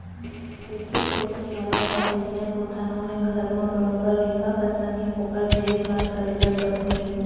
कुकुर पोसे घलौक ह अइसने बूता नोहय घर म बरोबर लइका असन ही ओकर देख भाल करे बर परथे